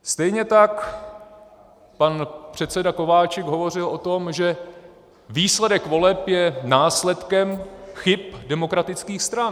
Stejně tak pan předseda Kováčik hovořil o tom, že výsledek voleb je následkem chyb demokratických stran.